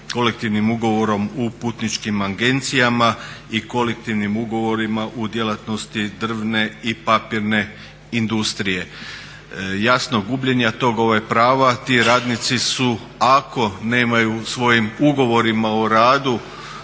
kolektivnim ugovorom u putničkim agencijama i kolektivnim ugovorima u djelatnosti drvne i papirne industrije. Jasno, gubljenja tog prava ti radnici su ako nemaju u svojim ugovorima o radu